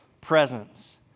presence